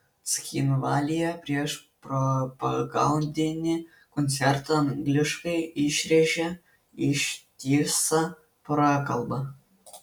cchinvalyje prieš propagandinį koncertą angliškai išrėžė ištisą prakalbą